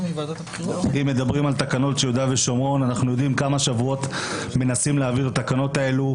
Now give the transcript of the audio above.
אנחנו יודעים כמה שבועות מנסים להעביר את התקנות האלה,